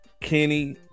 Kenny